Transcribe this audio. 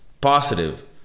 Positive